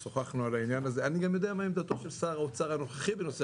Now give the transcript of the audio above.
אותו דבר קרה גם עכשיו.